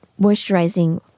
moisturizing